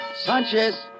Sanchez